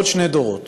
בעוד שני דורות,